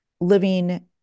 living